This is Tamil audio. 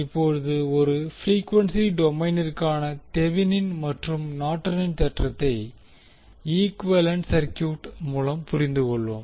இப்போது ஒரு ப்ரீக்வென்சி டொமைனிற்கான தெவினின் மற்றும் நார்டனின் தேற்றத்தை ஈகுவேலன்ட் சர்கியூட் மூலம் புரிந்துகொள்வோம்